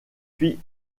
fit